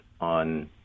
on